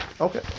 Okay